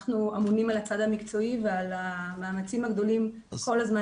אנחנו אמונים על הצד המקצועי ועל המאמצים הגדולים כל הזמן